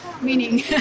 Meaning